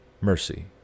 mercy